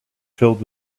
filled